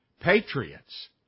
patriots